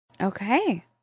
Okay